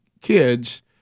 kids